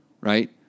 Right